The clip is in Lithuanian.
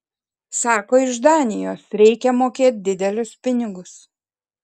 sako iš danijos reikia mokėt didelius pinigus